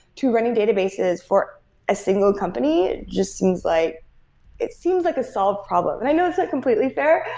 to running databases for a single company just seems like it seems like a solved problem, and i know it's like completely fair,